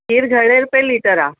खीर घणे रुपए लीटर आहे